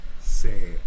say